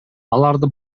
аларды